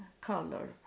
color